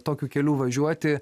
tokiu keliu važiuoti